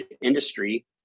industry